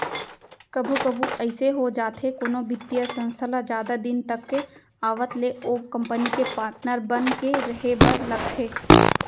कभू कभू अइसे हो जाथे कोनो बित्तीय संस्था ल जादा दिन तक के आवत ले ओ कंपनी के पाटनर बन के रहें बर लगथे